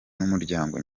n’umuryango